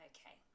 Okay